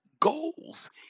goals